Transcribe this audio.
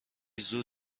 زود